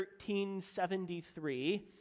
1373